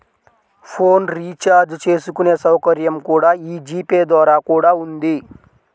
phone recharge చేసుకునే సౌకర్యం కూడా యీ జీ పే ద్వారా కూడా ఉంది